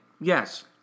Yes